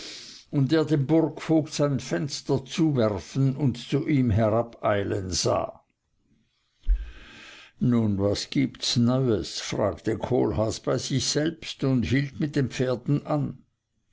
und er den burgvogt ein fenster zuwerfen und zu ihm herabeilen sah nun was gibt's neues fragte kohlhaas bei sich selbst und hielt mit den pferden an